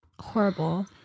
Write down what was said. horrible